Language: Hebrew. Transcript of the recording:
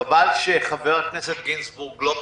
חבל שחבר הכנסת גינזבורג לא פה,